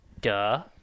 Duh